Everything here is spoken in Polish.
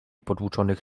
potłuczonych